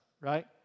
right